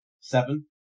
seven